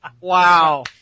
wow